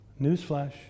Newsflash